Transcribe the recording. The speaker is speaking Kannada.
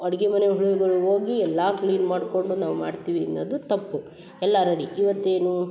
ಅಡಿಗೆ ಮನೆ ಒಳಗಡೆ ಹೋಗಿ ಎಲ್ಲ ಕ್ಲೀನ್ ಮಾಡ್ಕೊಂಡು ನಾವು ಮಾಡ್ತೀವಿ ಅನ್ನೋದು ತಪ್ಪು ಎಲ್ಲ ರೆಡಿ ಇವತ್ತೇನು